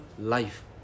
life